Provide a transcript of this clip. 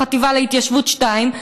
החטיבה להתיישבות 2.0,